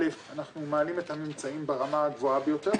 אל"ף, אנחנו מעלים את הממצאים ברמה הגבוהה ביותר.